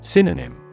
Synonym